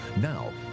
Now